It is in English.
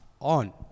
on